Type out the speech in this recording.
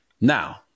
Now